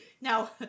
Now